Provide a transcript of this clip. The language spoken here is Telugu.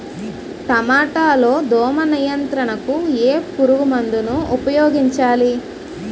టమాటా లో దోమ నియంత్రణకు ఏ పురుగుమందును ఉపయోగించాలి?